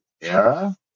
era